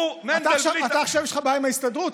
עכשיו יש לך בעיה עם ההסתדרות?